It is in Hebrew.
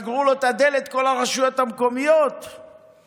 שכל הרשויות המקומיות סגרו לו את הדלת?